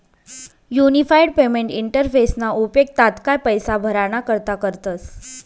unified payment इंटरफेसना उपेग तात्काय पैसा भराणा करता करतस